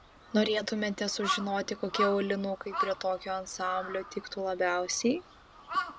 norėtumėte sužinoti kokie aulinukai prie tokio ansamblio tiktų labiausiai